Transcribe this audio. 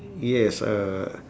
yes uh